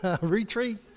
retreat